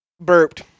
burped